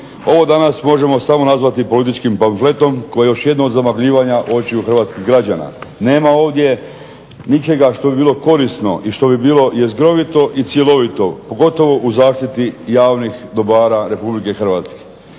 Ovo danas možemo samo nazvati političkim panfletom koji je još jedno od zamagljivanja očiju hrvatskih građana. Nema ovdje ničega što bi bilo korisno i što bi bilo jezgrovito i cjelovito pogotovo u zaštiti javnih dobara Republike Hrvatske.